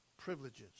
privileges